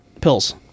pills